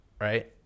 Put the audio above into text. Right